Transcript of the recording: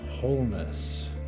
wholeness